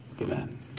Amen